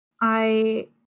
I-